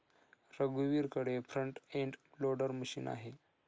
रघुवीरकडे front end loader machine आहे